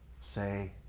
say